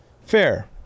Fair